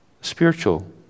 spiritual